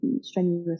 strenuous